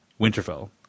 winterfell